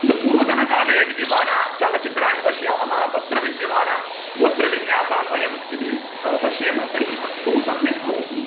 किन्तु पूर्वतनकाले विद्यमानानि चलनचित्राणि पश्यामः तत्र विद्यमानान् वस्त्रविन्यासान् वयं यदि पश्येम तर्हि तत् बहु सम्यक् भवति